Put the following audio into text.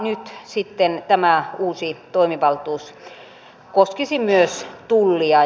nyt sitten tämä uusi toimivaltuus koskisi myös tullia